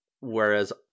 Whereas